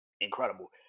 incredible